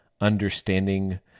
understanding